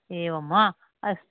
एवं वा अस्